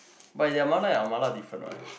but their mala our mala different one